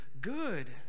good